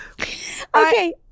Okay